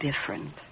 different